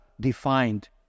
defined